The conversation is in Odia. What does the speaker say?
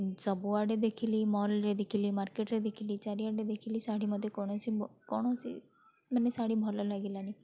ସବୁଆଡ଼େ ଦେଖିଲି ମଲ୍ରେ ଦେଖିଲି ମାର୍କେଟ୍ରେ ଦେଖିଲି ଚାରିଆଡ଼େ ଦେଖିଲି ଶାଢୀ ମୋତେ କୌଣସି କୌଣସି ମାନେ ଶାଢ଼ୀ ଭଲ ଲାଗିଲାନି